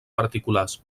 particulars